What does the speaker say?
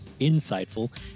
insightful